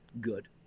good